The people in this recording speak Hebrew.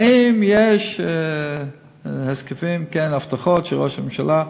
האם יש הסכמים, הבטחות, של ראש הממשלה?